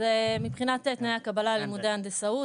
מבחינת תנאי הקבלה ללימודי ההנדסאות,